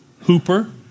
Hooper